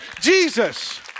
Jesus